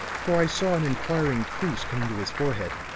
for i saw an inquiring crease come into his forehead.